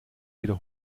wieder